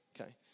okay